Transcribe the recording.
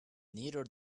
nearer